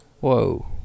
whoa